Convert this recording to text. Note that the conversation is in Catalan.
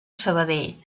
sabadell